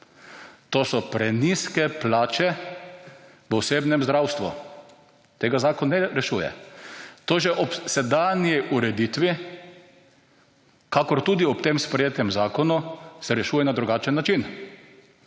To so prenizke plače v osebnem zdravstvu tega zakon ne rešuje. To že ob sedanji ureditvi kakor tudi ob tem sprejetem zakonu se rešuje na drugačen način.